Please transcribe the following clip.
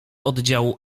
oddziału